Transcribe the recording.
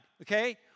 okay